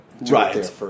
Right